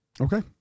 Okay